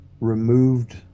removed